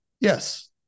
Yes